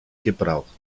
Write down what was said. gebraucht